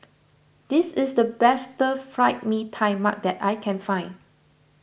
this is the best Stir Fried Mee Tai Mak that I can find